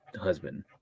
husband